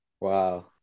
Wow